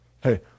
Hey